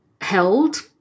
held